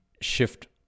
shift